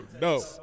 No